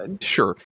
Sure